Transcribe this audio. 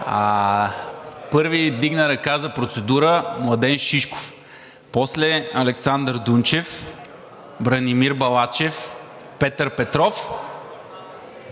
Първи вдигна ръка за процедура господин Младен Шишков, после Александър Дунчев, Бранимир Балачев, Петър Петров